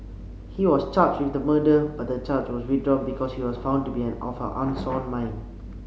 he was charged with the murder but the charge was withdrawn because he was found to be an of unsound mind